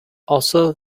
also